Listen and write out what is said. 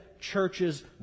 churches